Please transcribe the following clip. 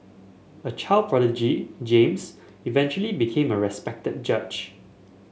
a child prodigy James eventually became a respected judge